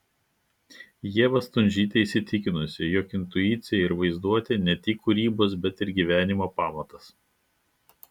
ieva stundžytė įsitikinusi jog intuicija ir vaizduotė ne tik kūrybos bet ir gyvenimo pamatas